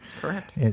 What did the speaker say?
correct